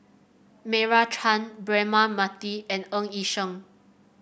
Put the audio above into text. Meira Chand Braema Mathi and Ng Yi Sheng